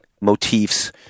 motifs